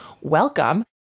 Welcome